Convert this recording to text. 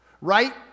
Right